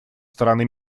стороны